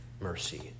mercy